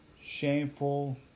shameful